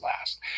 last